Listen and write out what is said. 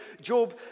Job